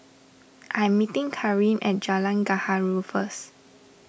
I am meeting Kareem at Jalan Gaharu first